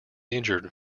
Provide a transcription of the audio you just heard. injured